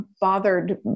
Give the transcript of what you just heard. bothered